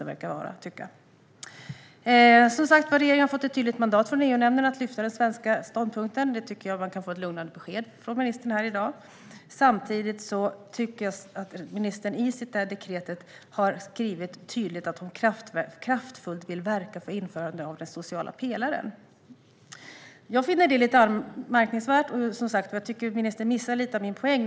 Regeringen har som sagt fått ett tydligt mandat från EU-nämnden att lyfta den svenska ståndpunkten - det tycker jag var ett lugnande besked från ministern i dag. Samtidigt tycker jag att ministern i dekretet tydligt har skrivit att hon kraftfullt vill verka för införande av den sociala pelaren. Jag finner detta lite anmärkningsvärt, och jag tycker att ministern missar lite av min poäng.